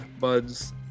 buds